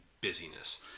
busyness